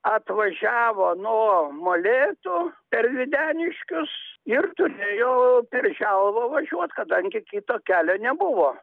atvažiavo nuo molėtų per videniškius ir turėjo per želvą važiuot kadangi kito kelio nebuvo